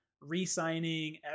re-signing